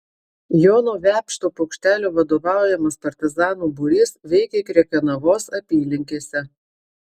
jono vepšto paukštelio vadovaujamas partizanų būrys veikė krekenavos apylinkėse